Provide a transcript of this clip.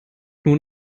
nun